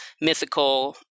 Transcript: mythical